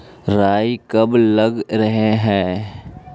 राई कब लग रहे है?